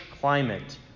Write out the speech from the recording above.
climate